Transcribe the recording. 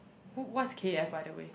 wh~ what's K F by the way